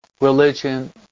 religion